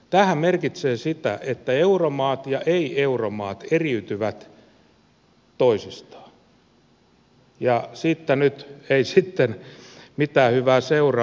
tämähän merkitsee sitä että euromaat ja ei euromaat eriytyvät toisistaan ja siitä nyt ei sitten mitään hyvää seuraa